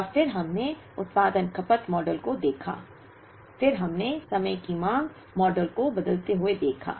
और फिर हमने उत्पादन खपत मॉडल को देखा फिर हमने समय की मांग मॉडल को बदलते हुए देखा